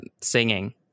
singing